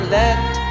let